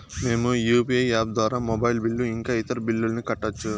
మేము UPI app ద్వారా mobile bill ఇంకా ఇతర బిల్లులను కట్టొచ్చు